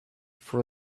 for